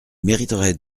mériteraient